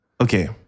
Okay